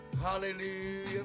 Hallelujah